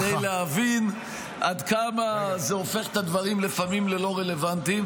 -- כדי להבין עד כמה זה הופך את הדברים לפעמים ללא רלוונטיים.